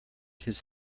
his